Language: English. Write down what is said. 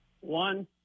One